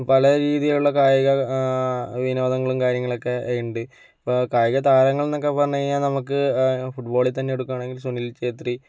പല രീതിയിലുള്ള കായിക വിനോദങ്ങളും കാര്യങ്ങളൊക്കെയുണ്ട് ഇപ്പോൾ കായികതാരങ്ങൾന്നൊക്കെ പറഞ്ഞുകഴിഞ്ഞാൽ നമുക്ക് ഫുട്ബോളിൽ തന്നെ എടുക്കുകയാണെങ്കിൽ സുനിൽ ഛേത്രി